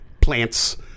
plants